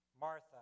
Martha